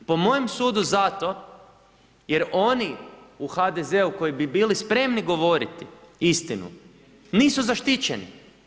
Po mojem sudu, zato, jer oni u HDZ-u koji bi bili spremni govoriti istinu, nisu zaštićeni.